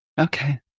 Okay